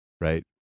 right